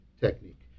technique